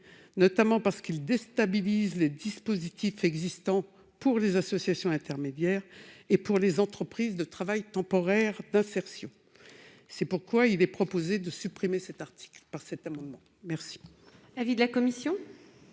notamment parce qu'il déstabilise les dispositifs existants pour les associations intermédiaires et pour les entreprises de travail temporaire d'insertion. C'est pourquoi il est proposé de supprimer cet article. Quel est l'avis